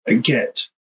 get